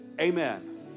Amen